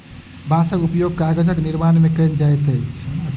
बांसक उपयोग कागज निर्माण में कयल जाइत अछि